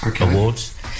Awards